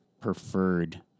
preferred